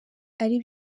ari